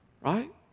Right